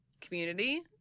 community